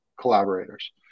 collaborators